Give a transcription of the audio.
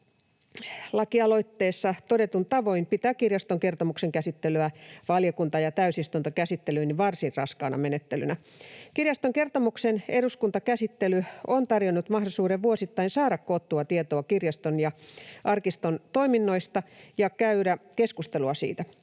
lakialoitteessa todetun tavoin, pitää kirjaston kertomuksen käsittelyä valiokunta- ja täysistuntokäsittelyssä varsin raskaana menettelynä. Kirjaston kertomuksen eduskuntakäsittely on tarjonnut mahdollisuuden saada vuosittain koottua tietoa kirjaston ja arkiston toiminnoista ja mahdollisuuden käydä keskustelua siitä.